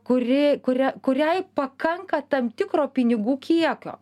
kuri kuria kuriai pakanka tam tikro pinigų kiekio